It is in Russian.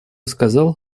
сказал